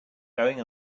going